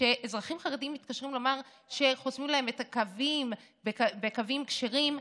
כשאזרחים חרדים מתקשרים לומר שחוסמים להם את הקווים בקווים כשרים,